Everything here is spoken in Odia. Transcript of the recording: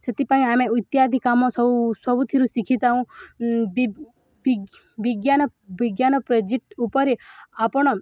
ସେଥିପାଇଁ ଆମେ ଇତ୍ୟାଦି କାମ ସବୁ ସବୁଥିରୁ ଶିଖିଥାଉଁ ବିଜ୍ଞାନ ବିଜ୍ଞାନ ପ୍ରୋଜେକ୍ଟ ଉପରେ ଆପଣ